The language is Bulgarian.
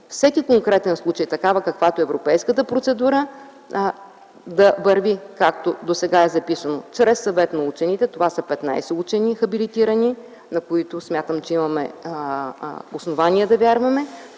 всеки конкретен случай, каквато е европейската процедура, да върви, както сега е записано – чрез Съвета на учените. Това са 15 хабилитирани учени, на които имаме основание да вярваме,